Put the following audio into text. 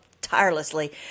Tirelessly